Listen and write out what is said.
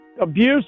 abuse